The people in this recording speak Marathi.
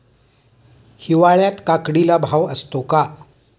हिवाळ्यात काकडीला भाव असतो का?